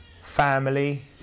family